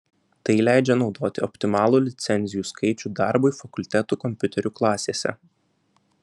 tai leidžia naudoti optimalų licencijų skaičių darbui fakultetų kompiuterių klasėse